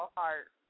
heart